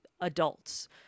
adults